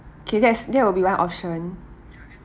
okay that's that will be one option